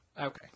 Okay